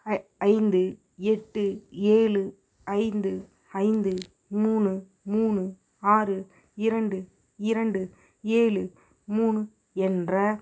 ஐ ஐந்து எட்டு ஏழு ஐந்து ஐந்து மூணு மூணு ஆறு இரண்டு இரண்டு ஏழு மூணு என்ற